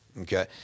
Okay